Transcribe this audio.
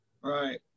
Right